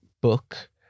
book